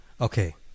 Okay